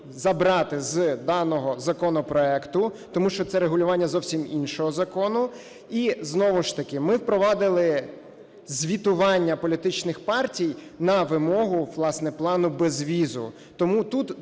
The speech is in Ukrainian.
забрати з даного законопроекту, тому що це регулювання зовсім іншого закону. І знову ж таки ми впровадили звітування політичних партій на вимогу, власне, плану безвізу. Тому тут